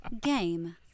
Game